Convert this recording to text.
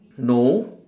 no